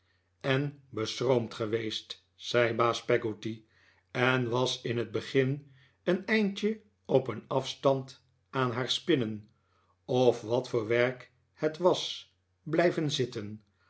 en beschroomd geweest zei baas peggotty en was in t begin een eindje op een af stand aan haar spinnen of wat voor werk het was blijven zitten